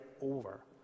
over